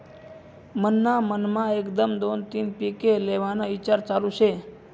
मन्हा मनमा एकदम दोन तीन पिके लेव्हाना ईचार चालू शे